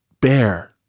bear